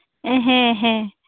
ᱦᱮᱸ ᱦᱮᱸ